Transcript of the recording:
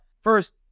first